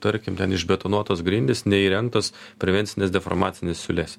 tarkim ten išbetonuotos grindys neįrengtos prevencinis deformacinės siūlės